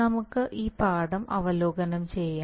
നമുക്ക് ഈ പാഠം അവലോകനം ചെയ്യാം